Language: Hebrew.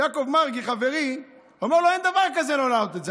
יעקב מרגי חברי: אין דבר כזה לא להעלות את זה,